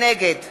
נגד